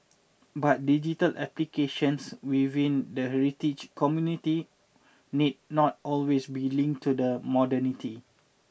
but digital applications within the heritage community need not always be linked to the modernity